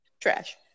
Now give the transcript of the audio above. trash